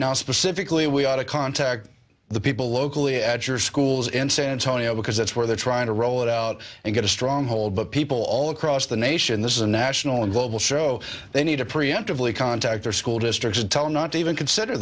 now specifically we ought to contact the people locally at your schools in san antonio because that's where they're trying to roll it out and get a strong hold of people all across the nation this is a national and global show they need to preemptively contact their school district to tell him not to even consider